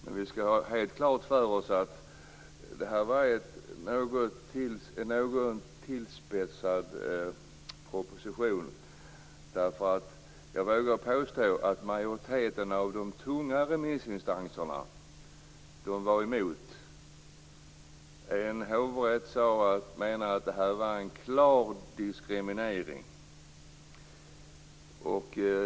Men vi skall ha helt klart för oss att det var en något tillspetsad proposition. Jag vågar påstå att majoriteten av de tunga remissinstanserna var emot. En hovrätt menade att det var en klar diskriminering.